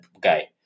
guy